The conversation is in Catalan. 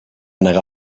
negar